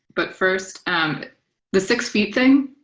but first, and the six feet thing.